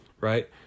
Right